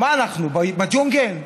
מה אנחנו, בג'ונגל?